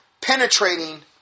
penetrating